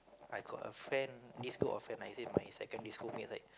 I got a friend this group of friend I say my secondary mate it's like